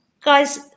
guys